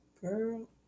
Girl